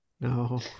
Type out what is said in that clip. No